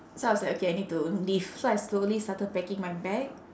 so I was like okay I need to leave so I slowly started packing my bag